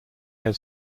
head